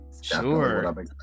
sure